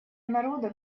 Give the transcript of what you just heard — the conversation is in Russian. народа